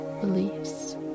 beliefs